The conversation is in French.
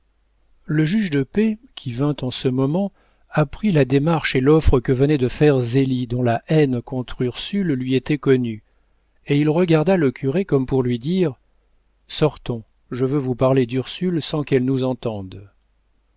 le juge de paix qui vint en ce moment apprit la démarche et l'offre que venait de faire zélie dont la haine contre ursule lui était connue et il regarda le curé comme pour lui dire sortons je veux vous parler d'ursule sans qu'elle nous entende